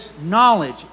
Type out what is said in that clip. knowledge